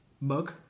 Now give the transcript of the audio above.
Mug